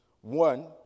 one